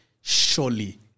surely